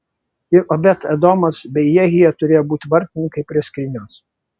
ir obed edomas bei jehija turėjo būti vartininkai prie skrynios